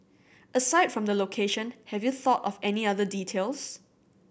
aside from the location have you thought of any other details